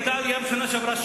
היתה עלייה בשנה שעברה,